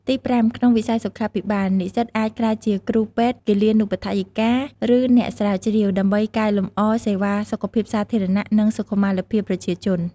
ទីប្រាំ ក្នុងវិស័យសុខាភិបាល និស្សិតអាចក្លាយជាគ្រូពេទ្យ គិលានុបដ្ឋាយិកា ឬអ្នកស្រាវជ្រាវ ដើម្បីកែលម្អសេវាសុខភាពសាធារណៈ និងសុខុមាលភាពប្រជាជន។